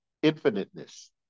infiniteness